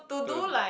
to